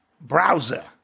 browser